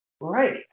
Right